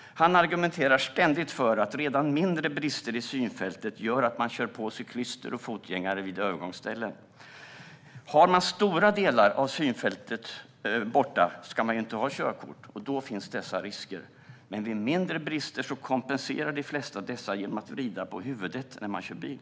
Han argumenterar ständigt för att redan mindre brister i synfältet gör att man kör på cyklister och fotgängare vid övergångsställen. Om stora delar av synfältet är borta ska man ju inte ha körkort, och då finns dessa risker. Men vid mindre brister kompenserar de flesta dessa genom att vrida på huvudet när de kör bil.